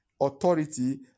authority